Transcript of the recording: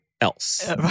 else